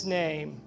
name